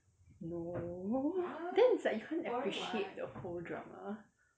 no then it's like you can't appreciate the whole drama